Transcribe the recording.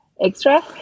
extra